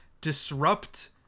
disrupt